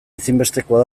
ezinbestekoa